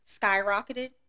skyrocketed